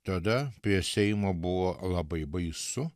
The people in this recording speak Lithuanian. tada prie seimo buvo labai baisu